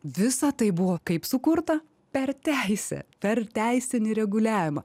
visa tai buvo kaip sukurta per teisę per teisinį reguliavimą